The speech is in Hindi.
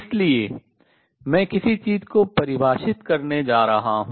इसलिए मैं किसी चीज़ को परिभाषित करने जा रहा हूँ